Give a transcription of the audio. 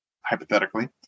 hypothetically